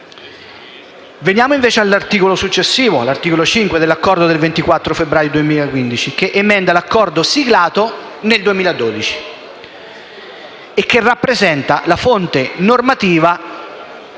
Veniamo ora all'articolo successivo, l'articolo 5, dell'Accordo del 24 febbraio 2015, che emenda l'Accordo siglato nel 2012, che rappresenta la fonte normativa